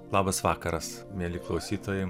labas vakaras mieli klausytojai